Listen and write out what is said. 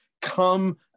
come